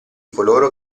coloro